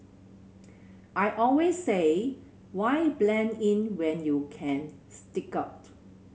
I always say why blend in when you can stick out